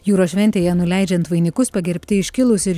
jūros šventėje nuleidžiant vainikus pagerbti iškilūs ir